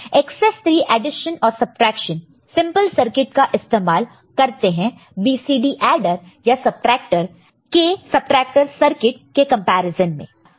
excess 3 addition और subtraction simple circuit का इस्तेमाल करते हैं BCD एडर या सबट्रैक्टर सर्किट के कंपैरिजन में